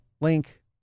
link